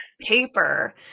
paper